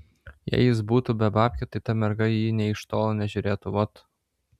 jei jis butų be babkių tai ta merga į jį nė iš tolo nežiūrėtų vot